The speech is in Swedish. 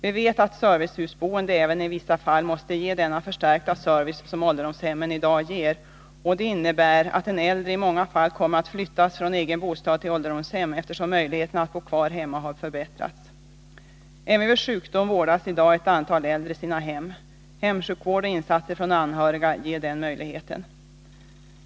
Vi vet också att servicehusboende i vissa fall måste ge den förstärkta service som ålderdomshemmen i dag ger, och det innebär att en äldre person i många fall kommer att flyttas från egen bostad till ålderdomshem, eftersom möjligheterna att bo kvar hemma har förbättrats. Även vid sjukdom vårdas i dag ett antal äldre i sina hem. Hemsjukvård och insatser från de anhöriga ger den möjligheten.